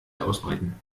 ausbreiten